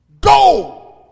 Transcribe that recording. Go